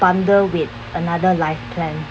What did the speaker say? bundle with another life